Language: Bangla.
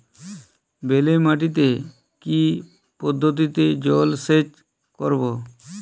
বেলে মাটিতে কি পদ্ধতিতে জলসেচ করব?